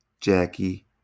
Jackie